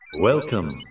Welcome